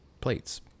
plates